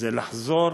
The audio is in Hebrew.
לחזור